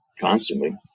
constantly